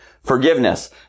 forgiveness